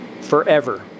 forever